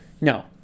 no